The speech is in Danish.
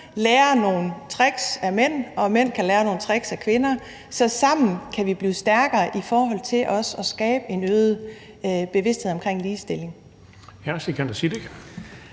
lærer nogle tricks af mænd – og mænd kan lære nogle tricks af kvinder – så vi sammen kan blive stærkere i forhold til også at skabe en øget bevidsthed omkring ligestilling.